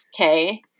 Okay